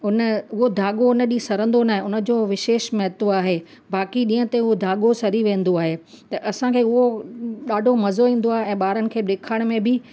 उन उहो धाॻो उन ॾींहुं सड़ंदो नाहे उनजो विशेष महत्व आहे बाक़ी ॾींहं ते उहो धाॻो सड़ी वेंदो आहे त असांखे उहो ॾाढो मज़ो ईंदो आहे ऐं ॿारनि खे ॾेखारण में बि